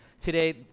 today